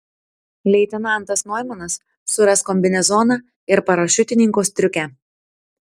leitenantas noimanas suras kombinezoną ir parašiutininko striukę